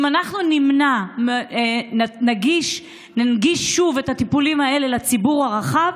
אם אנחנו ננגיש שוב את הטיפולים האלה לציבור הרחב,